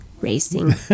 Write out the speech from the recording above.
racing